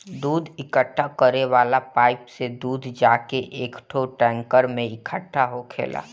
दूध इकट्ठा करे वाला पाइप से दूध जाके एकठो टैंकर में इकट्ठा होखेला